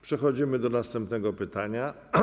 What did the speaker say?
Przechodzimy do następnego pytania.